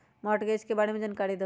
Mortgage के बारे में जानकारी देहु?